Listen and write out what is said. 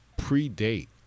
predate